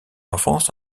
enfance